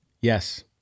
Yes